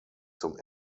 zum